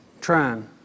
Trying